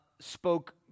spoke